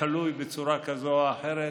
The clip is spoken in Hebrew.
הכלוא בצורה כזאת או אחרת,